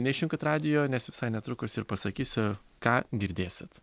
neišjunkit radijo nes visai netrukus ir pasakysiu ką girdėsit